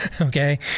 Okay